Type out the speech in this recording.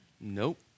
Nope